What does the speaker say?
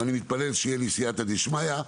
ואני מתפלל שתהיה לי סיעתא דשמיא.